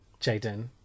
Jaden